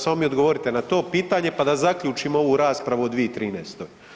Samo mi odgovorite na to pitanje pa da zaključimo ovu raspravu o 2013.